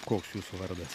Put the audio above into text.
koks jūsų vardas